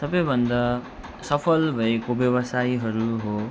सबैभन्दा सफल भएको व्यवसायीहरू हो